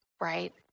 Right